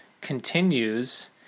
continues